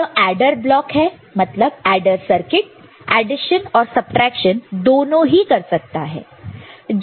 तो जो adder block है मतलब एडर सर्किट एडिशन और सबट्रैक्शन दोनों ही कर सकता है